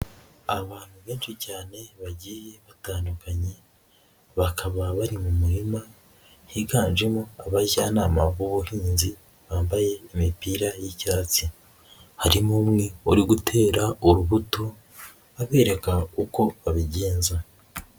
Abantu benshi cyane bagiye batandukanye, bakaba bari mu murima higanjemo abajyanama b'ubuhinzi bambaye imipira y'icyatsi, harimo umwe uri gutera urubuto, abereka uko babigenza.